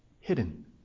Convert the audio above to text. hidden